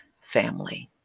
family